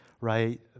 right